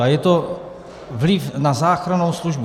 A je to vliv na záchrannou službu.